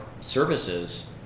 services